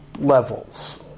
levels